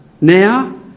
Now